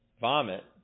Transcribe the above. vomit